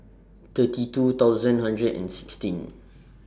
thirty two thousand hundred and sixteen